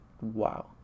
wow